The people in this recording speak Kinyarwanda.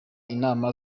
inama